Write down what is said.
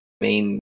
Main